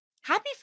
Happy